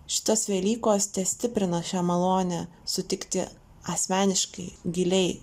šitos velykos stiprina šią malonę sutikti asmeniškai giliai